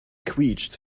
quietscht